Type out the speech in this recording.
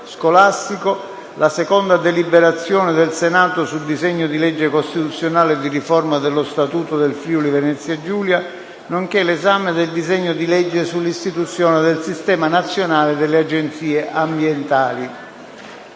scolastico, la seconda deliberazione del Senato sul disegno di legge costituzionale di riforma dello Statuto del Friuli-Venezia Giulia, nonché l'esame del disegno di legge sull'istituzione del Sistema nazionale delle agenzie ambientali.